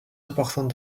importants